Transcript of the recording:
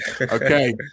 Okay